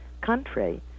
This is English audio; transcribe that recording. country